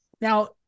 Now